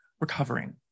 recovering